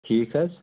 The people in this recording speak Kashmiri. ٹھیٖک حظ